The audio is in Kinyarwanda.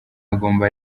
agomba